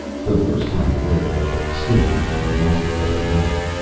for the first time aware of a stinging in the muscles of her leg.